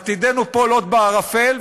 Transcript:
עתידנו פה לוט בערפל,